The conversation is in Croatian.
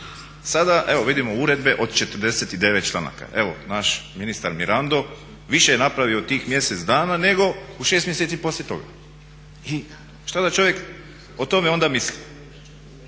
Sada evo vidimo uredbe od 49 članaka. Evo, naš ministar Mirando više je napravio u tih mjesec dana nego u 6 mjeseci poslije toga. I što da čovjek o tome onda misli?